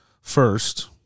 first